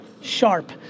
sharp